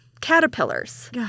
caterpillars